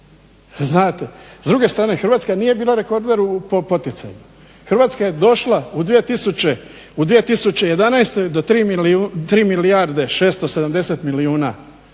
znate. S druge strane Hrvatska nije bila rekorder u poticajima. Hrvatska je došla u 2011. do 3 milijarde 670 milijuna